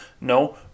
No